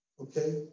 Okay